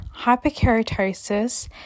hyperkeratosis